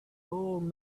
old